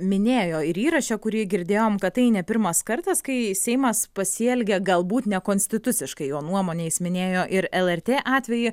minėjo ir įraše kurį girdėjom kad tai ne pirmas kartas kai seimas pasielgė galbūt nekonstituciškai jo nuomone jis minėjo ir lrt atvejį